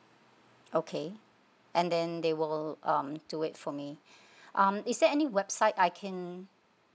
okay and then they will um to wait for me um is there any website I can